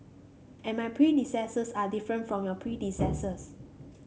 and my predecessors are different from your predecessors